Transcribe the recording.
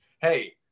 hey